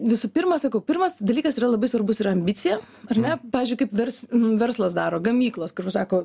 visų pirma sakau pirmas dalykas yra labai svarbus yra ambicija ar ne pavyzdžiui kaip vers verslas daro gamyklos kurios sako